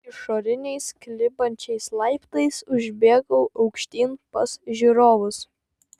išoriniais klibančiais laiptais užbėgau aukštyn pas žiūrovus